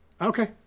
Okay